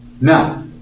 Now